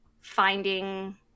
finding